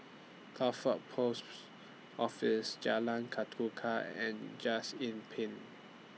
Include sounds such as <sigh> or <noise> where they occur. Crawford Post <noise> Office Jalan Ketuka and Just Inn Pine